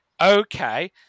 okay